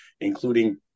including